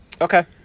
Okay